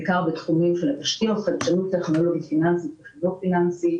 בעיקר בתחומים של חדשנות טכנולוגית פיננסית ולא פיננסית